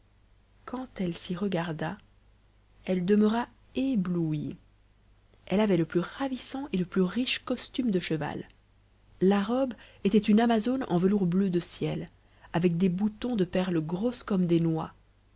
quand elle s'y regarda elle demeura éblouie elle avait le plus ravissant et le plus riche costume de cheval la robe était une amazone en velours bleu de ciel avec des boutons de perles grosses comme des noix